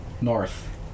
North